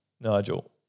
Nigel